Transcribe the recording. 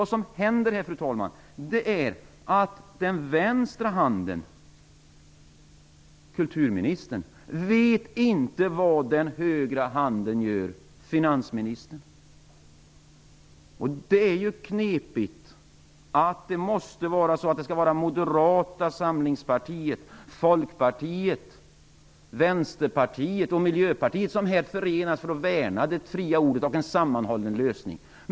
Vad som händer här, fru talman, är att den vänstra handen, kulturministern, inte vet vad den högra handen gör, finansministern. Det är knepigt att Moderata samlingspartiet, Folkpartiet, Vänsterpartiet och Miljöpartiet måste förenas för att värna det fria ordet och en sammanhållen lösning.